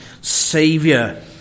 Savior